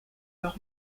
leur